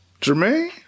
Jermaine